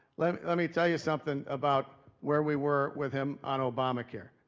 lemme i mean tell ya somethin, about where we were with him on obamacare.